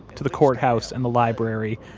to the courthouse and the library,